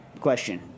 question